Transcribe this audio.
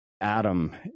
Adam